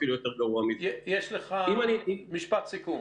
משפט סיכום.